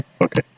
Okay